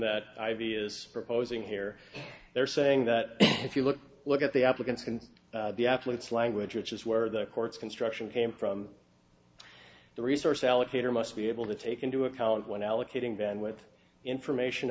that ivy is proposing here they're saying that if you look look at the applicants and the athletes language which is where the court's construction came from the resource allocator must be able to take into account when allocating then with information